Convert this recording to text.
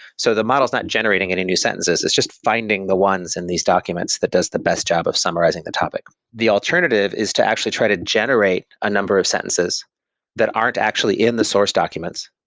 so the model is not generating any new sentences, it's just finding the ones in these documents that does the best job of summarizing the topic the alternative is to actually try to generate a number of sentences that aren't actually in the source documents,